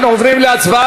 אנחנו תכף עוברים להצבעה.